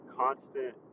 constant